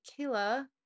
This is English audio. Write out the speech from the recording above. Kayla